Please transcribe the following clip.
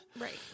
Right